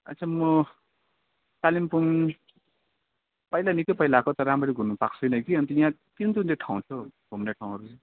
आच्छा म कालिम्पोङ पहिला निक्कै पहिला आएको तर रामरी घुम्नु पाएको छुइनँ कि अन्त यहाँ कुन कुन चाहिँ ठाउँ छ हौ घुम्ने ठाउँहरू चाहिँ